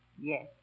yes